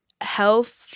health